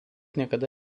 niekada